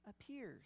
appears